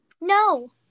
no